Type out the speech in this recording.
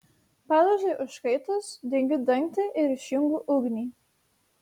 padažui užkaitus dengiu dangtį ir išjungiu ugnį